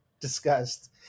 discussed